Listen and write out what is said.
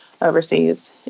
Overseas